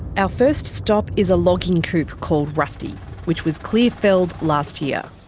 our first stop is a logging coupe called rusty which was clear-felled last year.